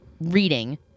reading